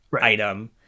item